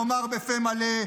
יאמר בפה מלא: